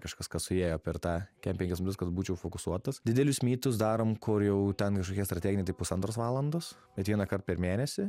kažkas kas suėjo per tą kem penkias minutes kad būčiau fokusuotas didelius mitus darom kur jau ten kažkokie strateginiai tai pusantros valandos bet vienąkart per mėnesį